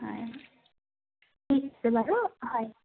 হয় ঠিক আছে বাৰু হয়